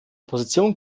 position